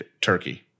turkey